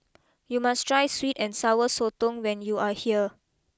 you must try sweet and Sour Sotong when you are here